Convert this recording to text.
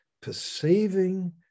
perceiving